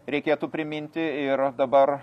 reikėtų priminti ir dabar